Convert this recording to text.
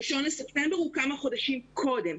ה-1 בספטמבר הוא כמה חודשים קודם.